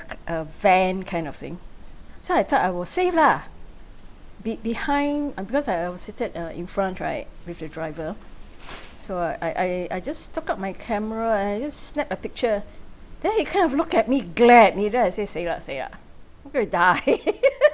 a van kind of thing so I thought I was safe lah be~ behind ah because I I was seated uh in front right with the driver so I I I just took out my camera and I just snapped a picture then he kind of look at me glare at me then I say sei le sei ah I'm going to die